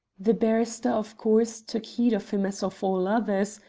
the barrister, of course, took heed of him as of all others,